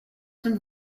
some